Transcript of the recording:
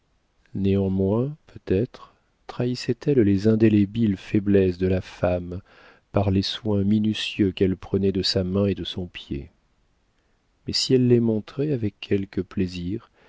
néanmoins peut-être trahissait elle les indélébiles faiblesses de la femme par les soins minutieux qu'elle prenait de sa main et de son pied mais si elle les montrait avec quelque plaisir